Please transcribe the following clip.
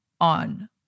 on